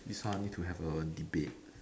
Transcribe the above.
this one need to have a debate